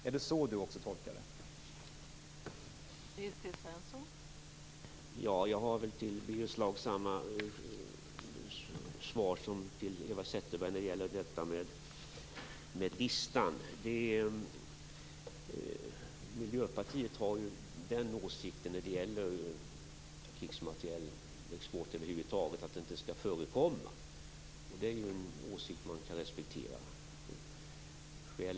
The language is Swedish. Är det så också Nils T Svensson tolkar den?